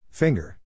Finger